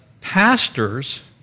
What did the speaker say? pastors